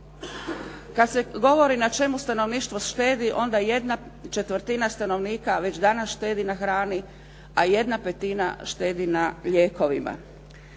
Kad se govori na čemu stanovništvo štedi, onda 1/4 stanovnika već danas štedi na hrani, a 1/5 štedi na lijekovima.